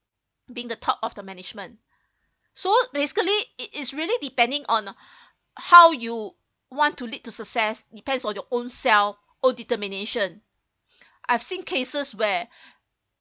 being the top of the management so basically it is really depending on how you want to lead to success depends on your own self own determination I've seen cases where